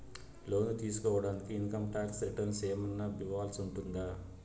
లోను తీసుకోడానికి income tax returns ఏమన్నా ఇవ్వాల్సి ఉంటుందా